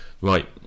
Right